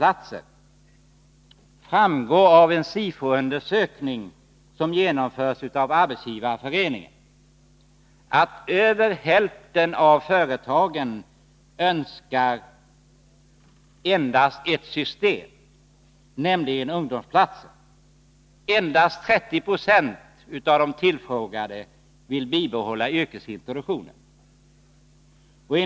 Av en SIFO-undersökning, som gjorts av Arbetsgivareföreningen, framgår att över hälften av företagen önskar endast ett system, nämligen ungdomsplatser. Endast 30 26 av de tillfrågade vill bibehålla yrkesintroduktionen.